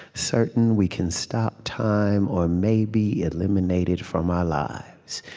certain we can stop time or maybe eliminate it from our lives,